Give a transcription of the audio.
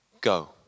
Go